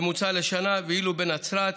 בממוצע לשנה, ואילו בנצרת,